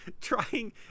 trying